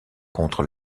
contre